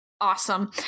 awesome